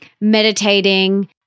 meditating